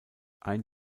ein